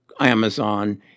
Amazon